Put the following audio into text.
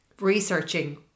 researching